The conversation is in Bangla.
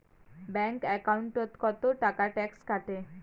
ব্যাংক একাউন্টত কতো টাকা ট্যাক্স কাটে?